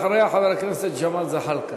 אחריה, חבר הכנסת ג'מאל זחאלקה.